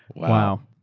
wow,